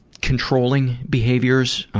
controlling behaviors